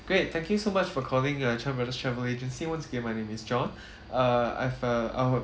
great thank you so much for calling err Chan Brothers Travel agency once again my name is john err I've err I would